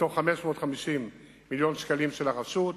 מתוך 550 מיליון שקלים של הרשות.